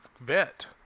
vet